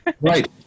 right